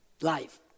life